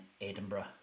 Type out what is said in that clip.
Edinburgh